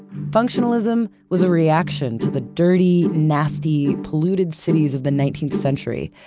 functionalism was a reaction to the dirty, nasty, polluted cities of the nineteenth century,